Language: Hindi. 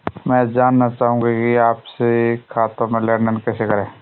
मैं जानना चाहूँगा कि आपसी खाते में लेनदेन कैसे करें?